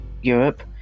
Europe